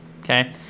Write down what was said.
Okay